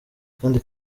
akandi